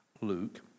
Luke